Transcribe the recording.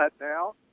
now